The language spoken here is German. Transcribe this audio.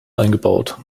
eingebaut